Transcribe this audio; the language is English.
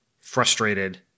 frustrated